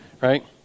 right